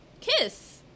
Kiss